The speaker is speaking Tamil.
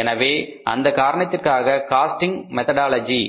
எனவே அந்த காரணத்திற்காக காஸ்டிங் மெதொடாலஜி